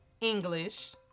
English